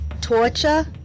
torture